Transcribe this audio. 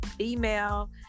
email